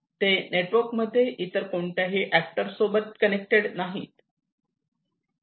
ते नेटवर्कमध्ये इतर कोणत्याही ऍक्टर सोबत कनेक्टेड नाहीत